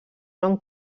nom